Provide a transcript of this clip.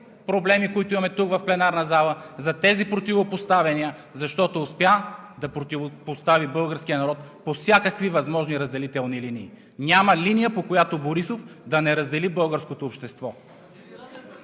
проблеми, които имаме в пленарната зала, за тези противопоставяния, защото успя да противопостави българския народ по всякакви възможни разделителни линии. Няма линия, по която Борисов да не раздели българското общество.